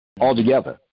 altogether